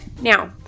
Now